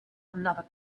another